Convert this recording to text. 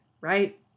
right